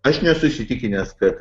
aš nesu įsitikinęs kad